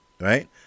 Right